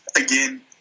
again